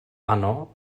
ano